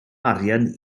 arian